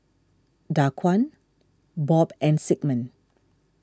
Daquan Bob and Sigmund